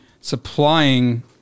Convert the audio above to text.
supplying